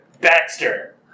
Baxter